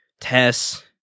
Tess